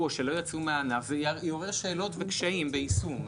או שלא יצאו מהענף זה יעורר שאלות וקשיים ביישום.